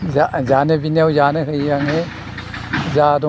जा जानो बिनायाव जानो होयो आङो जा दं